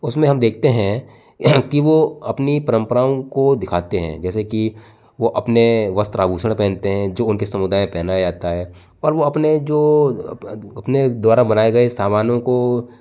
उसमें हम देखते है की वो अपनी परम्पराओं को दिखाते है जैसे कि वो अपने वस्त्र आभूषण पहनते हैं जो उनके समुदाय में पहनाया जाता है पर वो अपने जो अपने द्वारा बनाए गए सामानों को